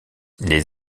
les